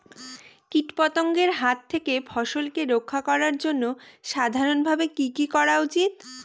কীটপতঙ্গের হাত থেকে ফসলকে রক্ষা করার জন্য সাধারণভাবে কি কি করা উচিৎ?